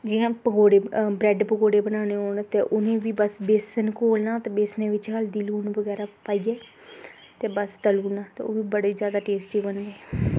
जि'यां पकौड़े ब्रेड पकौड़े बनाने होन ते इ'यां बेसन घोल्लना ते बेसन बिच्च इ'या लून बगैरा पाइयै बस तलना ते ओह्बी बड़ी जादा टेस्टी बनदी